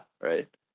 right